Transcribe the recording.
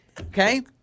Okay